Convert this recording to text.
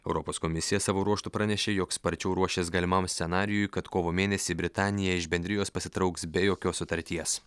europos komisija savo ruožtu pranešė jog sparčiau ruošias galimam scenarijui kad kovo mėnesį britanija iš bendrijos pasitrauks be jokios sutarties